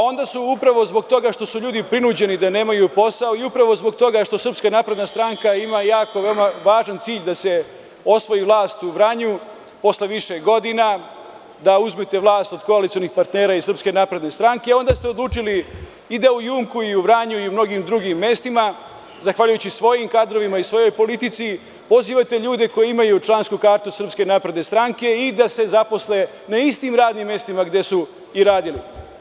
Onda su upravo zbog toga što su ljudi prinuđeni da nemaju posao i upravo zbog toga što SNS ima jako važan cilj da se osvoji vlast u Vranju posle više godina, da uzmete vlast od koalicionih partnera iz SNS, onda ste odlučili i da u „JUMKO“ i u Vranju i u mnogim drugim mestima zahvaljujući svojim kadrovima i svojoj politici pozivate ljude koji imaju člansku kartu SNS da se zaposle na istim radnim mestima gde su i radili.